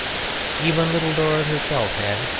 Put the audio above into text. even little dorrit herself had,